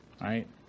right